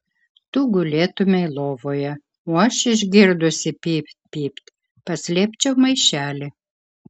tu gulėtumei lovoje o aš išgirdusi pypt pypt paslėpčiau maišelį